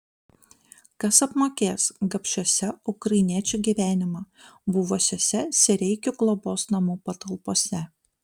kas apmokės gabšiuose ukrainiečių gyvenimą buvusiuose sereikų globos namų patalpose